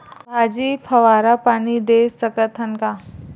भाजी फवारा पानी दे सकथन का?